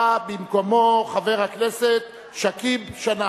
בא במקומו חבר הכנסת שכיב שנאן.